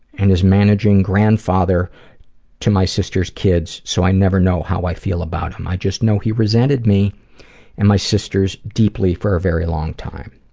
and is managing grandfather to my sister's kids, so i never know how i feel about him. i just know he resented me and my sisters deeply, for a very long time.